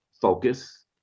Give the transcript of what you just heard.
focus